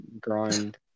grind